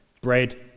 Bread